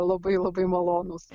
labai labai malonūs